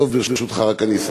דב, ברשותך, אני רק אסיים.